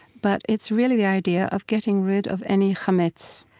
but it's really the idea of getting rid of any hametz.